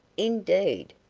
indeed!